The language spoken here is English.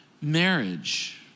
marriage